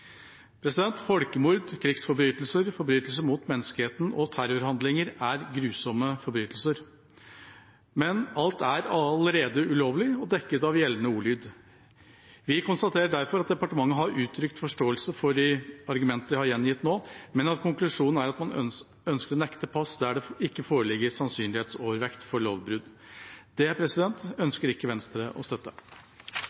Folkemord, krigsforbrytelser, forbrytelser mot menneskeheten og terrorhandlinger er grusomme forbrytelser, men alt er allerede ulovlig og dekket av gjeldende ordlyd. Vi konstaterer derfor at departementet har uttrykt forståelse for de argumenter jeg har gjengitt nå, men at konklusjonen er at man ønsker å nekte pass der det ikke foreligger sannsynlighetsovervekt for lovbrudd. Det